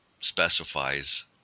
specifies